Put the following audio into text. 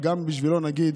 וגם בשבילו נגיד,